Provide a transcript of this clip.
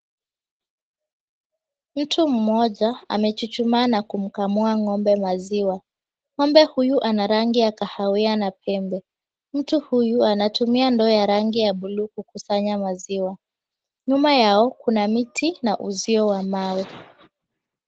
Mtu mmoja amechuchuma na kumkamua ng'ombe maziwa, ng'ombe huyu ana rangi ya kahawia na pembe. Mtu huyu anatumia ndoo ya rangi ya buluu kukusanya maziwa, nyuma yao kuna miti na uzio wa mawe.